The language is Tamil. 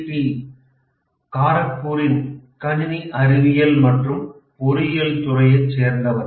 டி கரக்பூரின் கணினி அறிவியல் மற்றும் பொறியியல் துறையைச் சேர்ந்தவன்